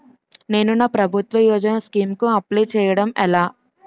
నేను నా ప్రభుత్వ యోజన స్కీం కు అప్లై చేయడం ఎలా?